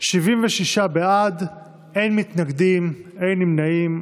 76 בעד, אין מתנגדים, אין נמנעים.